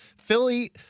Philly